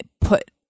put